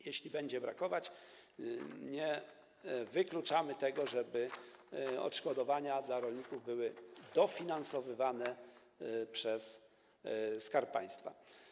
Jeśli będzie brakować, to nie wykluczamy tego, że odszkodowania dla rolników będą dofinansowywane przez Skarb Państwa.